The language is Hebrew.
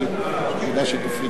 בין טעמי איסור האפליה,